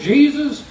Jesus